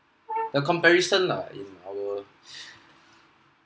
the comparison lah in our